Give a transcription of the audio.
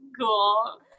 cool